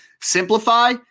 Simplify